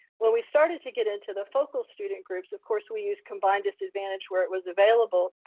when we started to get into the focal student groups, of course, we use combined disadvantage. where it was available.